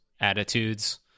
attitudes